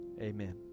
Amen